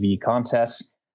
contests